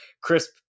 Crisp